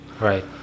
Right